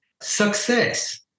Success